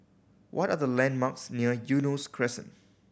what are the landmarks near Eunos Crescent